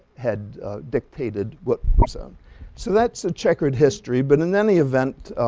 had dictated what so that's a checkered history but in any event